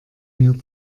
mir